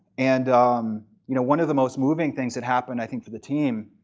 and um you know one of the most moving things that happened i think for the team,